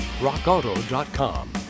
rockauto.com